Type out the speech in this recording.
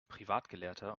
privatgelehrter